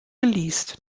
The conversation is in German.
geleast